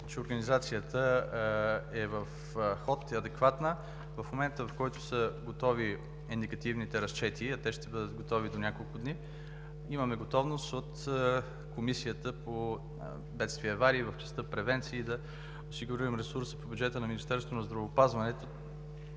че организацията е в ход и е адекватна. В момента, в който са готови и индикативните разчети, а те ще бъдат готови до няколко дни, имаме готовност от Комисията по бедствията и авариите в частта „Превенции“ да осигурим ресурс по бюджета на Министерството на здравеопазването,